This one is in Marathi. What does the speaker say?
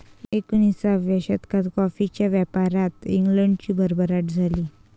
एकोणिसाव्या शतकात कॉफीच्या व्यापारात इंग्लंडची भरभराट झाली